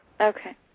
Okay